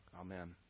Amen